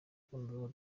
ukuntu